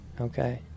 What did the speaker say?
okay